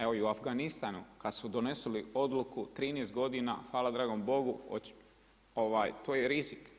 Evo i u Afganistanu kada su donesli odluku 13 godina, hvala dragom Bogu, to je rizik.